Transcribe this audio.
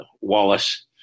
Wallace